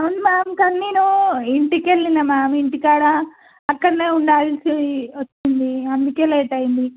అవును మ్యామ్ కానీ నేను ఇంటికెళ్ళాను మ్యామ్ ఇంటికాడ అక్కడే ఉండాల్సి వచ్చింది అందుకే లేట్ అయింది